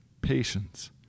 patience